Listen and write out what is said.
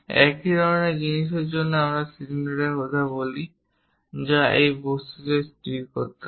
একই জিনিসের জন্য যদি আমরা সিলিন্ডারের কথা বলি যা এই বস্তুতে স্থির করতে হবে